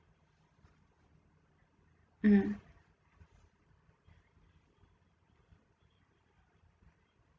mm